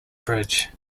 bridge